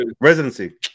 Residency